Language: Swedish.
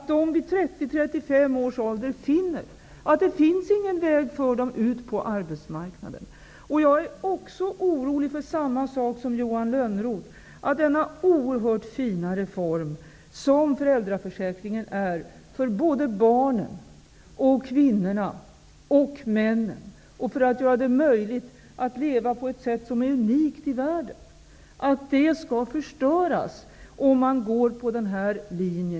Vid 30--35 års ålder finner de att det inte finns någon väg för dem ut på arbetsmarknaden. Jag är också orolig för samma sak som Johan Lönnroth, nämligen att den oerhört fina reform som föräldraförsäkringen är för barnen, kvinnorna och männen, och som gör det möjligt att leva på ett sätt som är unikt i världen, skall förstöras om man istället följer denna linje.